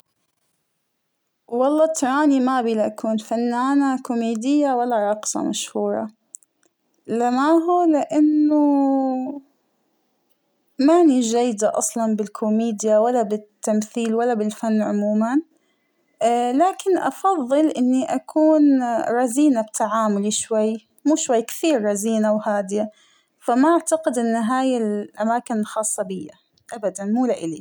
والله ترانى ما أبى أكون فنانة كوميدية ولا راقصة مشهورة ، لما هو لأنه مانى جيدة أصلاً لا بالكوميديا ولا بالتمثيل ولا بالفن عموماً، لكن أفضل أكون رزينة بتعاملى شوى مو شوى كثير رزينة وهادية ، فما أعتقد أن هاى الأماكن ختصة بيا ابداً مو لألى.